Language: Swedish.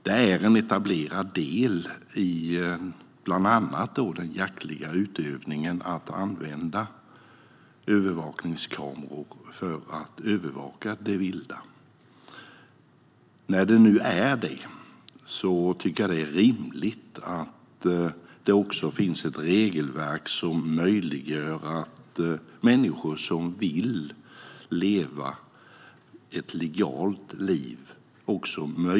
Det är en etablerad del av bland annat den jaktliga utövningen att använda övervakningskameror för att övervaka det vilda. Då tycker jag att det är rimligt att det också finns ett regelverk som möjliggör för människor att leva ett legalt liv.